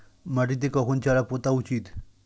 মাটিতে কখন চারা পোতা উচিৎ?